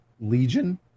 Legion